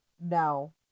No